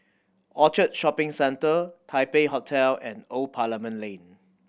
Orchard Shopping Centre Taipei Hotel and Old Parliament Lane